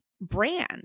brand